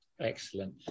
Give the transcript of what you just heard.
excellent